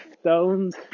stones